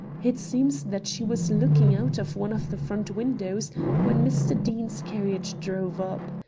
it seems that she was looking out of one of the front windows when mr. deane's carriage drove up.